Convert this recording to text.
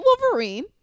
Wolverine